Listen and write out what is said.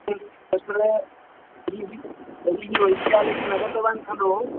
तत्र बहिः बहिः वैद्यालयं न गतवान् खलु